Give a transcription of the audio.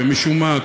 ומשום מה,